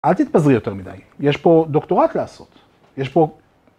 ‫אל תתפזרי יותר מדי. ‫יש פה דוקטורט לעשות, יש פה...